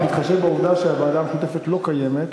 רק בהתחשב בעובדה שהוועדה המשותפת לא קיימת,